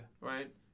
right